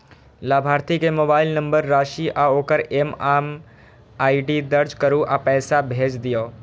लाभार्थी के mobile number, राशि आ ओकर एम.एम.आई.डी दर्ज करू आ पैसा भेज दियौ